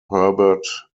herbert